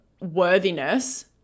worthiness